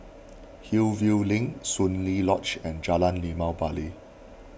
Hillview Link Soon Lee Lodge and Jalan Limau Bali